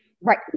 Right